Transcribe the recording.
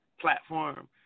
platform